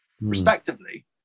respectively